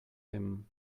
him